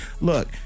look –